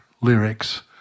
lyrics